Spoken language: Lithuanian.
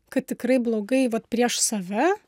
kad tikrai blogai vat prieš save